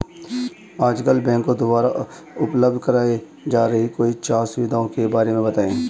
आजकल बैंकों द्वारा उपलब्ध कराई जा रही कोई चार सुविधाओं के बारे में बताइए?